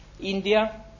India